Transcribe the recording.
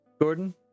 Gordon